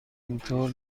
اینطور